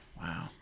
Wow